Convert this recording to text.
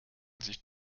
sich